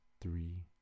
three